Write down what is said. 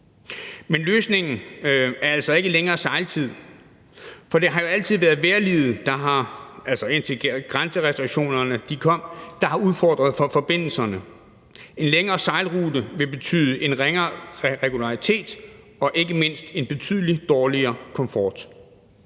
Men løsningen er altså ikke længere sejltid, for det har jo altid været vejrliget – altså indtil grænserestriktionerne kom – der har udfordret forbindelserne. En længere sejlrute vil betyde en ringere regularitet og ikke mindst en betydelig dårligere komfort.